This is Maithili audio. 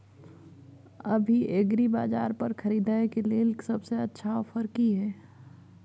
अभी एग्रीबाजार पर खरीदय के लिये सबसे अच्छा ऑफर की हय?